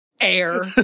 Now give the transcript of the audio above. air